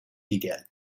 地点